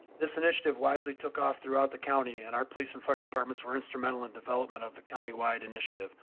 this initiative wisely took off throughout the county and our police and fire departments were instrumental in development of the countywide initiative.